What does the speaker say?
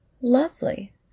lovely